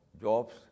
jobs